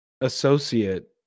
associate